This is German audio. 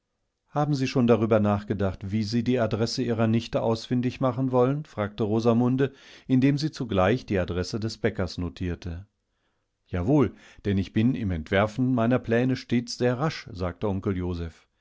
haben sie schon darüber nachgedacht wie sie die adresse ihrer nichte ausfindig machen wollen fragte rosamunde indem sie zugleich die adresse des bäckers notierte jawohl denn ich bin im entwerfen meiner pläne stets sehr rasch sagte onkel